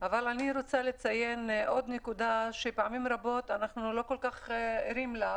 אבל אני רוצה לציין עוד נקודה שפעמים רבות אנחנו לא כל כך ערים לה,